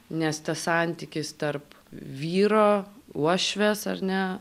nes tas santykis tarp vyro uošvės ar ne